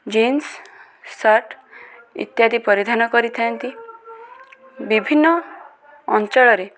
jeans shirt ଇତ୍ୟାଦି ପରିଧାନ କରିଥାନ୍ତି ବିଭିନ୍ନ ଅଞ୍ଚଳରେ